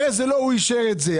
הרי לא הוא אישר את זה.